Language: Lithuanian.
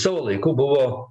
savo laiku buvo